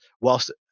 whilst –